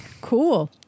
Cool